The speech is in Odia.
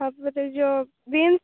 ହଁ ଯୋଉ ବିମ୍ସ